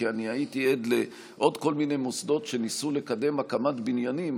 כי אני הייתי עד לעוד כל מיני מוסדות שניסו לקדם הקמת בניינים,